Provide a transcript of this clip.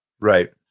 Right